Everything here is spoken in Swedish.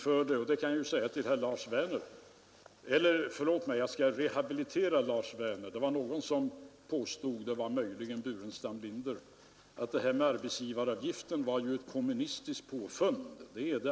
Det var någon här som påstod — möjligen var det herr Burenstam Linder — att arbetsgivaravgiften är ett kommunistiskt påfund.